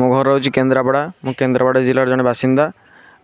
ମୋ ଘର ହଉଛି କେନ୍ଦ୍ରାପଡ଼ା ମୁଁ କେନ୍ଦ୍ରାପଡ଼ା ଜିଲ୍ଲାର ଜଣେ ବାସିନ୍ଦା